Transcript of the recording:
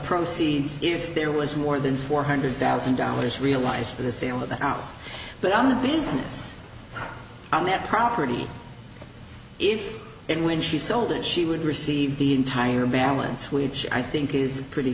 proceeds if there was more than four hundred thousand dollars realized for the sale of the house but i'm a business on that property if and when she sold it she would receive the entire balance which i think is pretty